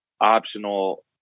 optional